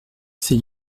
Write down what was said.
ces